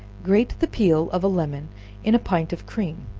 grate the peel of a lemon in a pint of cream,